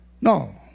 No